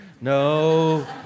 No